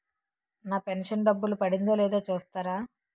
నా pension డబ్బులు పడిందో లేదో చూస్తారా?